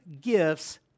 gifts